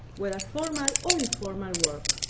whether formal or informal work.